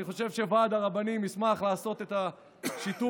אני חושב שוועד הרבנים ישמח לעשות את שיתוף